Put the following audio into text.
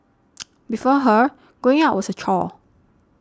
before her going out was a chore